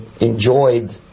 enjoyed